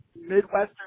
Midwestern